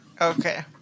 Okay